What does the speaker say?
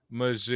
mas